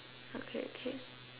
okay okay